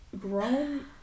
grown